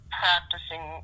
practicing